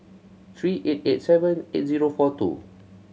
three eight eight seven eight zero four two